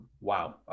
Wow